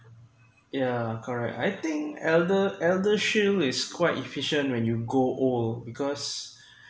yeah correct I think elder elder shield is quite efficient when you go old because